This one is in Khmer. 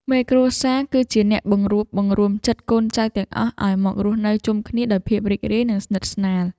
មេគ្រួសារ គឺជាអ្នកបង្រួបបង្រួមចិត្តកូនចៅទាំងអស់ឱ្យមករស់នៅជុំគ្នាដោយភាពរីករាយ និងស្និទ្ធស្នាល។